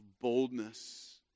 boldness